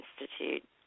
Institute